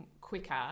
quicker